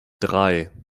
drei